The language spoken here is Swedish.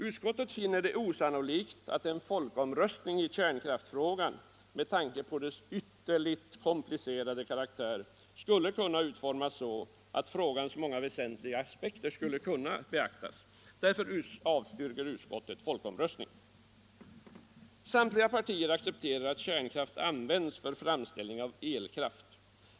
Utskottet finner med tanke på kärnkraftsfrågans komplicerade karaktär det osannolikt att en folkomröstning skulle kunna utformas så att frågans många väsentliga aspekter kunde beaktas. Utskottet avstyrker därför förslaget om folkomröstning. Samtliga partier accepterar att kärnkraften används för framställning av elkraft.